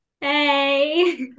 hey